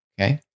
Okay